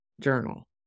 journal